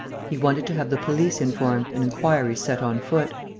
he wanted to have the police informed and inquiries set on foot.